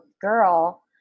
girl